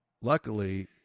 luckily